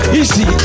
Easy